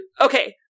okay